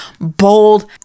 bold